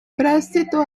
prestito